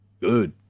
good